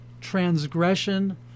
transgression